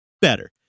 better